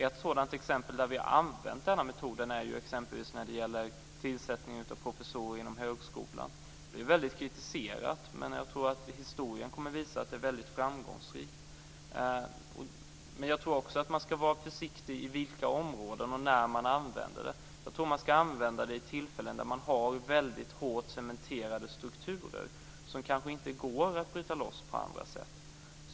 Ett exempel på att vi har använt denna metod är tillsättningen av professorer inom högskolan. Det blev väldigt kritiserat, men jag tror att historien kommer att visa att det är väldigt framgångsrikt. Jag tror också att man ska vara försiktig när det gäller på vilka områden och när man använder det. Jag tror att man ska använda det vid tillfällen då det finns väldigt hårt cementerade strukturer som kanske inte går att bryta sönder på andra sätt.